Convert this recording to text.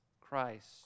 Christ